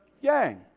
yang